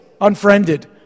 unfriended